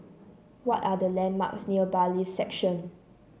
what are the landmarks near Bailiffs' Section